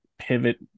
pivot